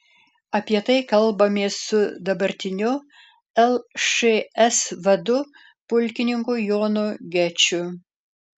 apie tai kalbamės su dabartiniu lšs vadu pulkininku jonu geču